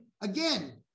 Again